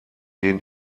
denen